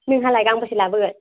नोंहालाय गांबेसे लाबोगोन